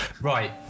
Right